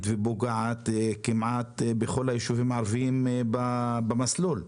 ופוגעת כמעט בכל היישובים הערביים במסלול,